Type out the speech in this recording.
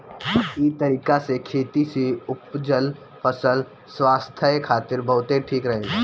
इ तरीका से खेती से उपजल फसल स्वास्थ्य खातिर बहुते ठीक रहेला